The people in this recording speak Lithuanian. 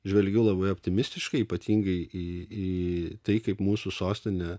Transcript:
žvelgiu labai optimistiškai ypatingai į į tai kaip mūsų sostinė